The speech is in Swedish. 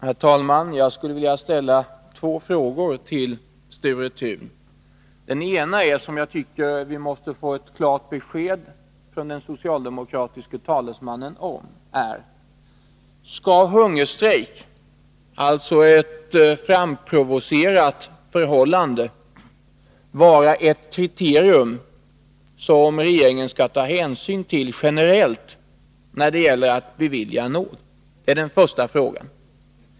Herr talman! Jag skulle vilja ställa några frågor till Sture Thun. Den första lyder, och där tycker jag att vi måste få ett klart besked från den socialdemokratiske talesmannen: Skall hungerstrejk, alltså ett framprovocerat förhållande, vara ett kriterium som regeringen generellt skall ta hänsyn till när det gäller att bevilja nåd?